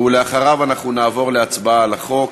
אחריו נעבור להצבעה על החוק.